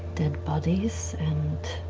dead bodies and.